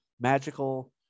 magical